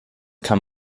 kann